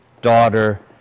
daughter